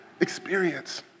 experience